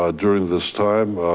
ah during this time,